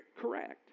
correct